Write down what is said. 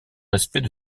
respect